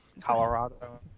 Colorado